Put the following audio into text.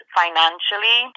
financially